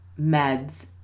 meds